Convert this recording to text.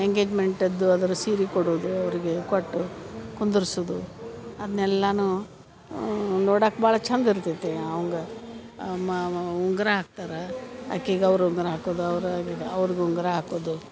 ಎಂಗೇಜ್ಮೆಂಟ್ಟದ್ದು ಅದ್ರ ಸೀರೆ ಕೊಡುವುದು ಅವ್ರಿಗೆ ಕೊಟ್ಟು ಕುಂದುರ್ಸುದು ಅದನ್ನೆಲ್ಲನೂ ನೋಡಕ್ಕ ಭಾಳ ಚಂದ ಇರ್ತೈತಿ ಅವ್ರ್ಗ್ ಮ ಮ ಉಂಗುರ ಹಾಕ್ತರ ಆಕಿಗೆ ಅವ್ರು ಉಂಗುರ ಹಾಕುದ್ ಅವಾಗ್ ಅವ್ರ್ಗೆ ಉಂಗುರ ಹಾಕೊದು